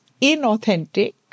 inauthentic